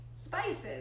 Spices